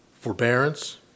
forbearance